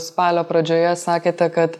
spalio pradžioje sakėte kad